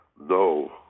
no